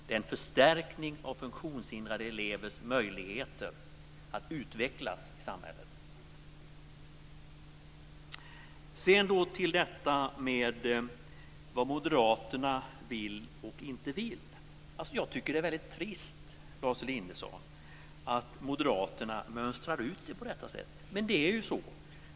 Det är en förstärkning av funktionshindrade elevers möjligheter att utvecklas i samhället. Sedan till detta med vad moderaterna vill och inte vill. Jag tycker att det är väldigt trist, Lars Elinderson, att moderaterna mönstrar ut sig på detta sätt, men det är ju så.